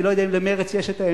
אני לא יודע אם למרצ יש האמצעים,